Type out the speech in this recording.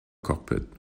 cockpit